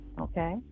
Okay